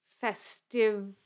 festive